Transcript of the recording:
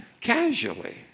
casually